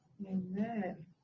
Amen